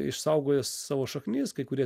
išsaugojo savo šaknis kai kurie